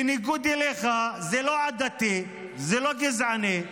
בניגוד אליך, זה לא עדתי, זה לא גזעני,